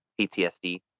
PTSD